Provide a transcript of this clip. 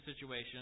situation